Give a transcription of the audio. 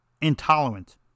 intolerant